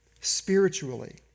spiritually